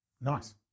nice